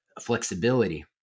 flexibility